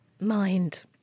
Mind